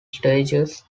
stages